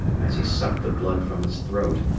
as he sucked the blood from its throat,